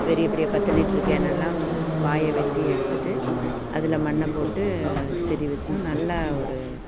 பெரிய பெரிய பத்துலிட்ரு கேனெல்லாம் வாய வெட்டி எடுத்துட்டு அதில் மண்ணை போட்டு செடி வச்சோம் நல்லா ஒரு